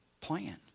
plan